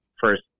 first